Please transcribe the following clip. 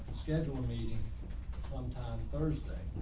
schedule a meeting sometime thursday.